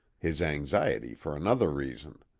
his anxiety for another reason.